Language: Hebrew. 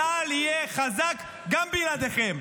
צה"ל יהיה חזק גם בלעדיכם.